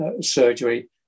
surgery